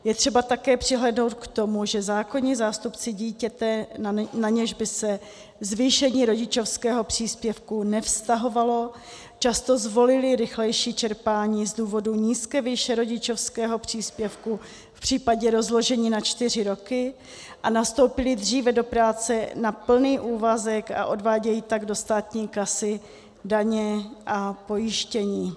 Je třeba také přihlédnout k tomu, že zákonní zástupci dítěte, na něž by se zvýšení rodičovského příspěvku nevztahovalo, často zvolili rychlejší čerpání z důvodu nízké výše rodičovského příspěvku v případě rozložení na čtyři roky a nastoupili dříve do práce na plný úvazek a odvádějí tak do státní kasy daně a pojištění.